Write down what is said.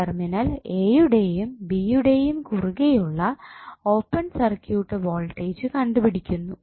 terminal A യുടെയും B യുടെയും കുറുകെയുള്ള ഓപ്പൺ സർക്യൂട്ട് വോൾട്ടേജ് കണ്ടുപിടിക്കുന്നു